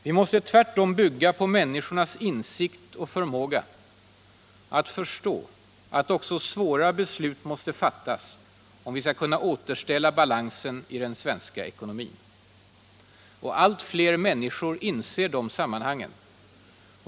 Vi måste tvärtom bygga på människornas insikt och förmåga att förstå att också svåra beslut måste fattas om vi skall kunna återställa balansen i den svenska ekonomin. Och allt fler människor inser de sammanhangen.